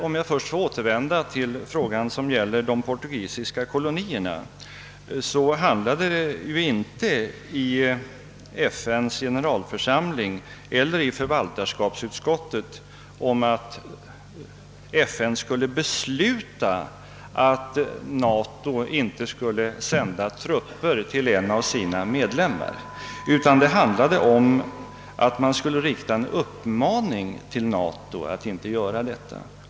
Om jag först får återvända till frågan om de portugisiska kolonierna, rörde det sig inte i FN:s generalförsamling eller i förvaltarskapsutskottet om att FN skulle besluta att NATO inte skulle sända trupper till en av sina medlemmar utan om att rikta en uppmaning till NATO att inte göra detta.